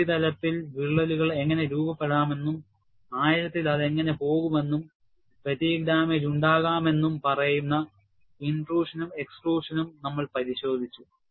ഉപരിതലത്തിൽ വിള്ളലുകൾ എങ്ങനെ രൂപപ്പെടാമെന്നും ആഴത്തിൽ അത് എങ്ങനെ പോകുമെന്നും ഫാറ്റീഗ് ഡാമേജ് ഉണ്ടാകാമെന്നും പറയുന്ന ഇന്റട്രൂഷനും എക്സ്ട്രൂഷനും നമ്മൾ കണ്ടു